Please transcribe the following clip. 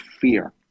fear